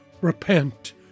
repent